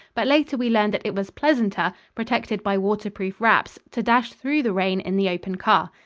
but later we learned that it was pleasanter, protected by water-proof wraps, to dash through the rain in the open car.